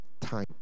time